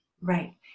Right